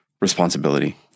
responsibility